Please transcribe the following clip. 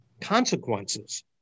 consequences